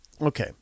okay